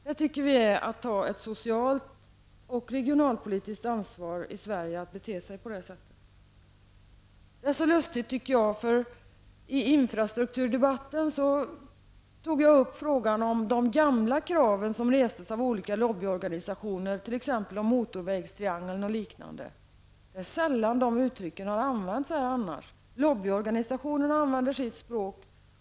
Det tycker vi är att ta ett socialt och regionalpolitiskt ansvar i I infrastrukturdebatten tog jag upp frågan om de gamla krav som rests av olika lobbyorganisationer om t.ex. motorvägstriangeln och liknande. Det är sällan de uttrycken används här annars. Lobbyorganisationen använder sitt språk.